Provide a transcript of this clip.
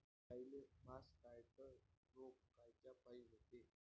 गाईले मासटायटय रोग कायच्यापाई होते?